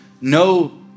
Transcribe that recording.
no